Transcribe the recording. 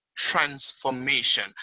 transformation